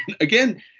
Again